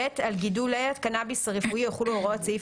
(ב) על גידולי קנאביס רפואי יחולו הוראות סעיף